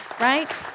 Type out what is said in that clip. Right